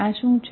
આ શું છે